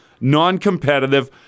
Non-competitive